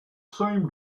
same